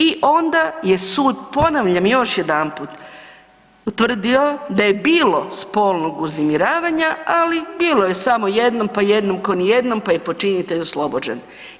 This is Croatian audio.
I onda je sud ponavljam još jedanput, utvrdio da je bilo spolnog uznemiravanja ali bilo je samo jednom, pa jednom ko nijedno, pa je počinitelj oslobođen.